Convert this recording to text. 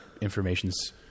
information's